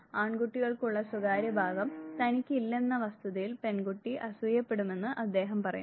ആൺകുട്ടികൾക്ക് ഉള്ള സ്വകാര്യ ഭാഗം തനിക്ക് ഇല്ലെന്ന വസ്തുതയിൽ പെൺകുട്ടി അസൂയപ്പെടുമെന്ന് അദ്ദേഹം പറയുന്നു